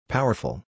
Powerful